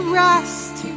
rest